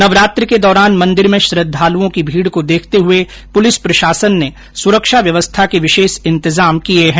नवरात्र के दौरान मंदिर में श्रद्दालुओं की भीड को देखते हुए पुलिस प्रशासन ने सुरक्षा व्यवस्था के विशेष इंतजाम किये है